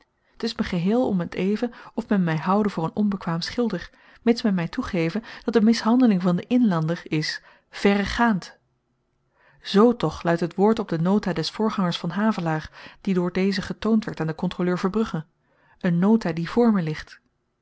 het is me geheel om t even of men my houde voor een onbekwaam schilder mits men my toegeve dat de mishandeling van den inlander is verregaand z toch luidt het woord op de nota des voorgangers van havelaar die door dezen getoond werd aan den kontroleur verbrugge een nota die voor me ligt